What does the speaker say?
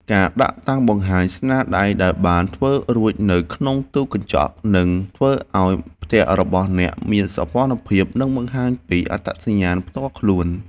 ការដាក់តាំងបង្ហាញស្នាដៃដែលបានធ្វើរួចនៅក្នុងទូកញ្ចក់នឹងធ្វើឱ្យផ្ទះរបស់អ្នកមានសោភ័ណភាព និងបង្ហាញពីអត្តសញ្ញាណផ្ទាល់ខ្លួន។